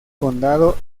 condado